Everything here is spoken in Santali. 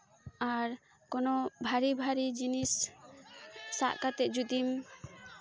ᱟᱨ ᱠᱳᱱᱳ ᱵᱷᱟ ᱨᱤ ᱵᱷᱟ ᱨᱤ ᱡᱤᱱᱤᱥ ᱥᱟᱵ ᱠᱟᱛᱮᱜ ᱡᱩᱫᱤᱢ